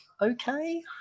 okay